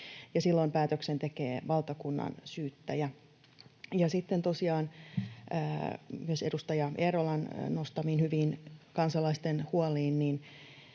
silloin päätöksen tekee valtakunnansyyttäjä. Sitten myös edustaja Eerolan nostamiin hyviin kansalaisten huoliin: